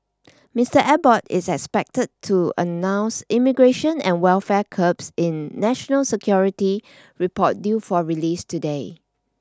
Mister Abbott is expected to announce immigration and welfare curbs in national security report due for release today